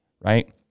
right